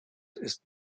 ist